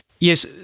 Yes